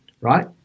right